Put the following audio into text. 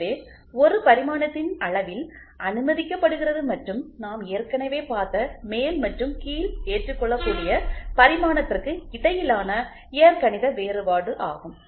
எனவே ஒரு பரிமாணத்தின் அளவில் அனுமதிக்கப்படுகிறது மற்றும் நாம் ஏற்கனவே பார்த்த மேல் மற்றும் கீழ் ஏற்றுக்கொள்ளக்கூடிய பரிமாணத்திற்கு இடையிலான இயற்கணித வேறுபாடு ஆகும்